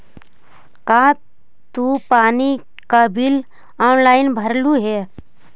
का तू पानी का बिल ऑनलाइन भरलू हे